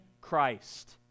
Christ